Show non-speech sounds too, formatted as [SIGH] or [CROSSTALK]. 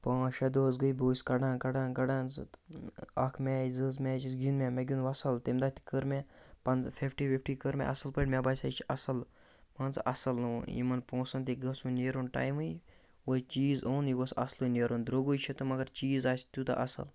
پانٛژھ شےٚ دۄہ حظ گٔے بہٕ اوسُس کَڑان کَڑان کَڑان سُہ تہٕ اَکھ میچ زٕ حظ میچ حظ گِنٛدۍ مےٚ مےٚ گیُنٛد وَصٕل تَمہِ دۄہ تہِ کٔر مےٚ [UNINTELLIGIBLE] فِفٹی فِفٹی کٔر مےٚ اَصٕل پٲٹھۍ مےٚ باسے یہِ چھِ اَصٕل مان ژٕ اَصٕل یِمَن پونٛسَن تہِ گٔژھ وۄنۍ نیرُن ٹایمٕے وۄنۍ یہِ چیٖز اوٚن یہِ گوٚژھ اَصلُے نیرُن درٛوٚگٕے چھِ تہٕ مگر چیٖز آسہِ تیوٗتاہ اَصٕل